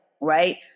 Right